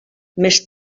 més